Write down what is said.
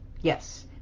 Yes